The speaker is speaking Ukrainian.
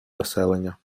населення